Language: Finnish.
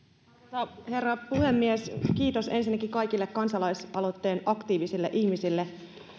arvoisa herra puhemies kiitos ensinnäkin kaikille kansalaisaloitteen aktiivisille ihmisille